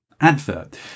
advert